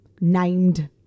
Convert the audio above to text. named